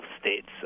states